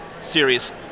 series